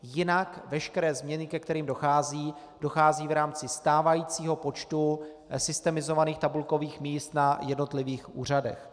Jinak veškeré změny, ke kterým dochází, dochází v rámci stávajícího počtu systemizovaných tabulkových míst na jednotlivých úřadech.